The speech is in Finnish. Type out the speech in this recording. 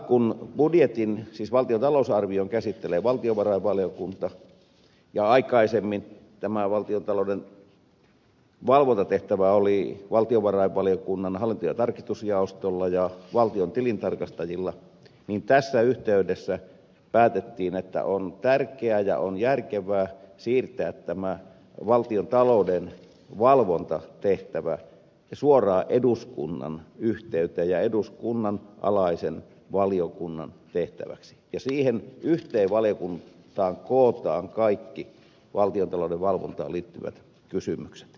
kun budjetin siis valtion talousarvion käsittelee valtiovarainvaliokunta ja kun aikaisemmin valtiontalouden valvontatehtävä oli valtiovarainvaliokunnan hallinto ja tarkastusjaostolla ja valtiontilintarkastajilla niin tässä yhteydessä päätettiin että on tärkeää ja on järkevää siirtää valtiontalouden valvontatehtävä suoraan eduskunnan yhteyteen ja eduskunnan alaisen valiokunnan tehtäväksi niin että siihen yhteen valiokuntaan kootaan kaikki valtiontalouden valvontaan liittyvät kysymykset